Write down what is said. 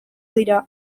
dira